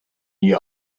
you